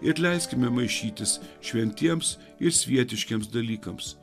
ir leiskime maišytis šventiems ir svietiškiems dalykams